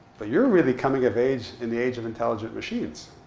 but you're really coming of age in the age of intelligent machines.